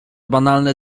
banalne